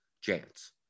chance